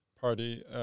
Party